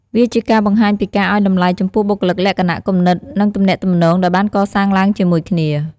វាជាការបង្ហាញពីការឲ្យតម្លៃចំពោះបុគ្គលិកលក្ខណៈ គំនិត និងទំនាក់ទំនងដែលបានកសាងឡើងជាមួយគ្នា។